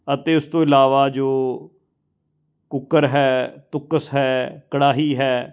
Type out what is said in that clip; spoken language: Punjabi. ਅਤੇ ਉਸ ਤੋਂ ਇਲਾਵਾ ਜੋ ਕੁੱਕਰ ਹੈ ਤੁੱਕਸ ਹੈ ਕੜਾਹੀ ਹੈ